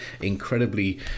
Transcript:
incredibly